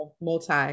multi